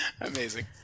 Amazing